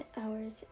hours